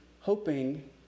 hoping